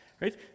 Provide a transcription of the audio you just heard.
right